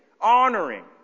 honoring